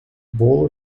ball